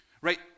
Right